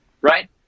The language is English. Right